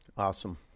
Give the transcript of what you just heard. Awesome